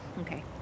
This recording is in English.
Okay